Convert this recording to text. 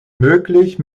möglich